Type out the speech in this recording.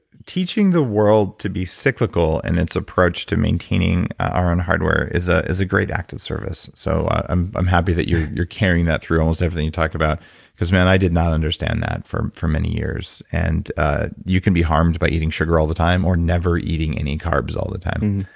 teaching the world to be cyclical in and its approach to maintaining our own hardware is ah is a great act of service. so i'm i'm happy that you're you're carrying that through almost everything you talk about because man, i did not understand that for for many years and ah you can be harmed by eating sugar all the time or never eating any carbs all the time.